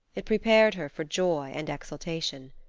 it prepared her for joy and exultation.